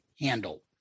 handle